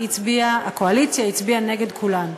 והקואליציה הצביעה נגד כולן.